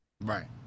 Right